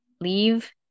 leave